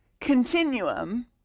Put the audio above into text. continuum